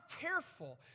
careful